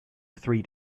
three